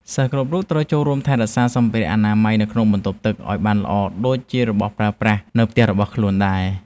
សិស្សគ្រប់រូបត្រូវចូលរួមថែរក្សាសម្ភារៈអនាម័យនៅក្នុងបន្ទប់ទឹកឱ្យបានល្អដូចជារបស់ប្រើប្រាស់នៅផ្ទះរបស់ខ្លួនដែរ។